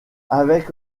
avec